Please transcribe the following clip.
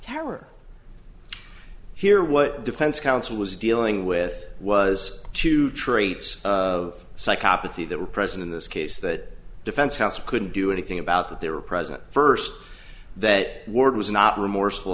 terror here what defense council was dealing with was two traits of psychopathy that were present in this case that defense house couldn't do anything about that they were present first that ward was not remorseful